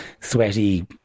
sweaty